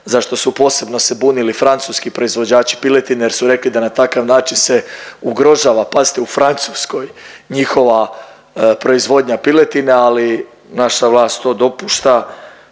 za što su posebno se bunili francuski proizvođači piletine jer su rekli da na takav način se ugrožava, pazite u Francuskoj njihova proizvodnja piletine, ali naša vlast to dopušta,